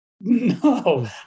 No